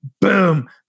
Boom